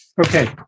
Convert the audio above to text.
Okay